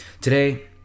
Today